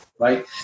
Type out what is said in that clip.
Right